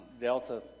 Delta